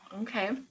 Okay